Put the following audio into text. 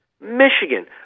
Michigan